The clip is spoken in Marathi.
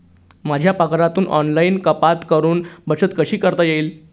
माझ्या पगारातून ऑनलाइन कपात करुन बचत कशी करता येईल?